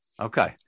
Okay